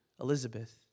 Elizabeth